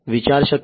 વિચાર શક્તિ